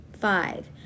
Five